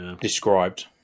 Described